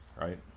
right